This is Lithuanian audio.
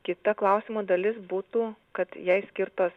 kita klausimo dalis būtų kad jai skirtos